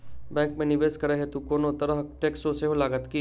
Bank मे निवेश करै हेतु कोनो तरहक टैक्स सेहो लागत की?